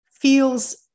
feels